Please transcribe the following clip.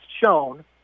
shown